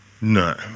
No